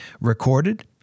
recorded